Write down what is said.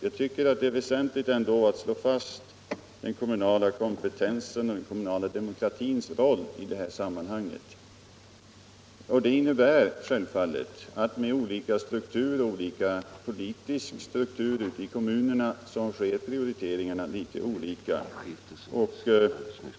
Men det är ändå väsentligt att slå fast den kommunala kompetensens och den kommunala demokratins roll i sammanhanget. Det innebär självfallet att med olika politisk struktur ute i kommunerna så sker prioriteringen mycket olika.